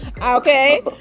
Okay